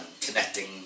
Connecting